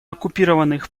оккупированных